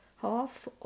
half